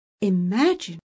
Imagine